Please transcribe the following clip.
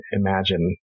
imagine